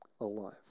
alive